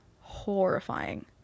Horrifying